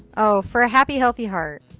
oh for a happy healthy heart.